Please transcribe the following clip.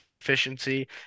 efficiency